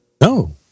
No